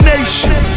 Nation